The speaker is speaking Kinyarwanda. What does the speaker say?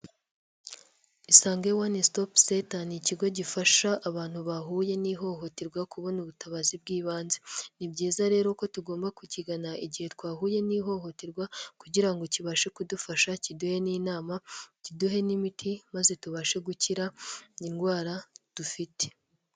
Isange one stop center ni ikigo gifasha abantu bahuye n'ihohoterwa kubona ubutabazi bw'ibanze, ni byiza rero ko tugomba kukigana igihe twahuye n'ihohoterwa, kugira ngo kibashe kudufasha kiduhe n'inama kiduhe n'imiti maze tubashe gukira indwara dufite.